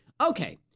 Okay